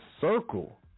circle